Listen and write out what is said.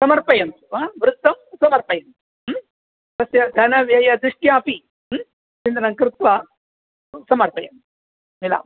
समर्पयन्तु ह वृत्तं समर्पयन्तु ह्म् तस्य धनव्ययदृष्ट्यापि चिन्तनं कृत्वा समर्पयन्तु मिलामः